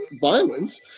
violence